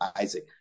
Isaac